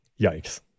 yikes